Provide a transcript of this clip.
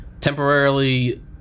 Temporarily